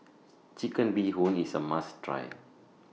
Chicken Bee Hoon IS A must Try